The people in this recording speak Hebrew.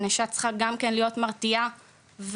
הענישה צריכה גם כן להיות מרתיעה וחמורה.